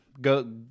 Go